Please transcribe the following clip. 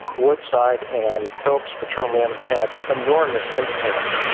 woodside and phillips petroleum had enormous influence,